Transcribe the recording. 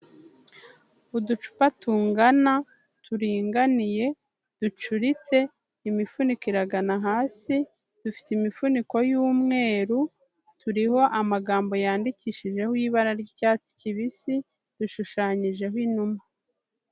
Uducupa tungana, turinganiye, ducuritse, imifuniko iragana hasi, dufite imifuniko y'umweru, turiho amagambo yandikishijeho ibara ry'icyatsi kibisi, dushushanyijeho inuma.